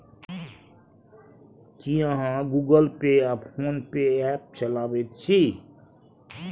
की अहाँ गुगल पे आ फोन पे ऐप चलाबैत छी?